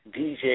DJ